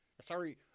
Sorry